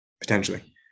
potentially